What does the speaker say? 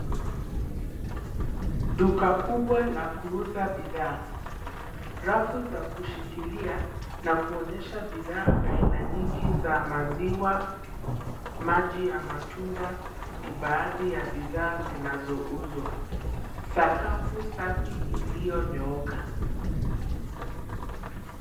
Duka kubwa la kuuza bidhaa. Rafu za kushikilia na kuonyesha bidhaa aina nyingi za maziwa, maji ya matunda ni baadhi ya bidhaa zinazouzwa. Sakafu safi iliyonyooka.